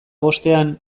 bostean